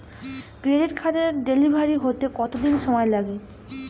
Credit কার্ডের delivery হতে কতদিন সময় লাগে?